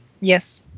Yes